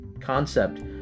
concept